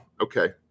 Okay